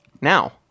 Now